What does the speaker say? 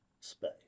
space